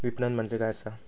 विपणन म्हणजे काय असा?